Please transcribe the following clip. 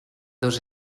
dos